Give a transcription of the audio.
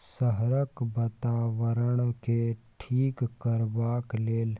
शहरक बाताबरणकेँ ठीक करबाक लेल